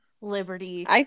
Liberty